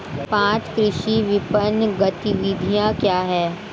पाँच कृषि विपणन गतिविधियाँ क्या हैं?